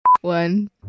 one